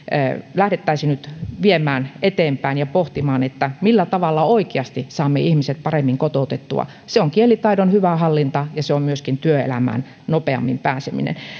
lähdettäisiin nyt viemään eteenpäin ja pohtimaan millä tavalla oikeasti saamme ihmiset paremmin kotoutettua se on kielitaidon hyvä hallinta ja se on myöskin työelämään nopeammin pääseminen